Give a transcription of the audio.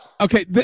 okay